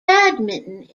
badminton